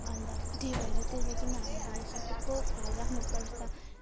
अन्त त्यही भएर त्यही लागि हामीले सबैको ख्याल राख्नुपर्छ